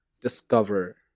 discover